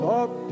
up